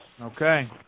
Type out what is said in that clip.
Okay